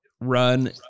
run